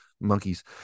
Monkeys